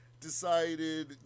decided